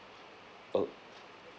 oh